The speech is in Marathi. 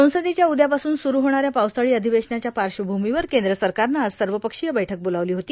संसदेच्या उद्या पासून सुरू होणाऱ्या पावसाळी अधिवेशनाच्या पार्श्वभूमीवर केंद्र सरकारने आज सर्वपसीय वैठक बोलावली होती